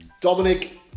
Dominic